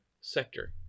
sector